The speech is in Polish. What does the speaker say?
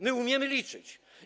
My umiemy liczyć.